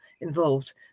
involved